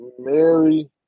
Mary